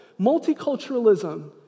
Multiculturalism